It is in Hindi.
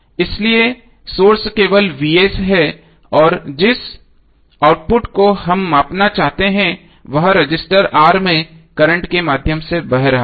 इसलिए सोर्स केवल है और जिस आउटपुट को हम मापना चाहते हैं वह रजिस्टर R में करंट के माध्यम से बह रहा है